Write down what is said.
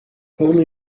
only